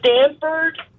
Stanford